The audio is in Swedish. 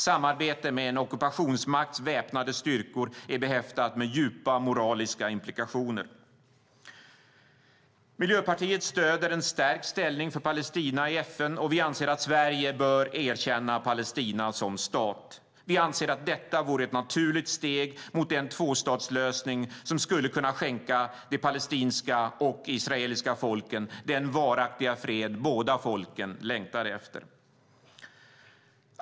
Samarbete med en ockupationsmakts väpnade styrkor är behäftat med djupa moraliska implikationer. Miljöpartiet stöder en stärkt ställning för Palestina i FN, och vi anser att Sverige bör erkänna Palestina som stat. Vi anser att detta vore ett naturligt steg mot den tvåstatslösning som skulle kunna skänka de palestinska och israeliska folken den varaktiga fred som båda folken längtar efter.